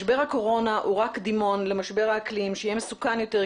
משבר הקורונה הוא רק קדימון למשבר האקלים שיהיה מסוכן יותר,